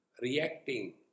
reacting